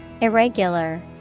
Irregular